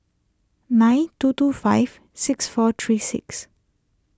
nine two two five six four three six